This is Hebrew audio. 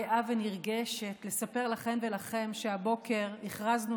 גאה ונרגשת לספר לכן ולכם שהבוקר הכרזנו,